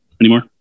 anymore